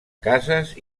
cases